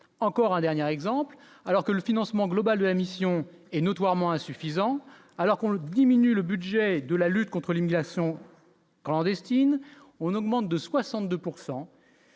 encore un dernier exemple, alors que le financement global de la mission est notoirement insuffisant, alors qu'on le diminue le budget de la lutte contre les médias sont clandestines, on augmente de 62